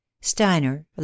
Steiner